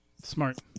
smart